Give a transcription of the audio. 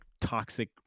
toxic